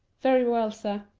very well, sir.